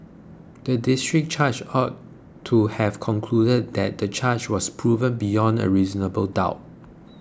the District Judge ought to have concluded that the charge was proved beyond a reasonable doubt